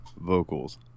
vocals